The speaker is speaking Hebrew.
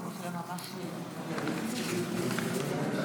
הודעה למזכירת הכנסת,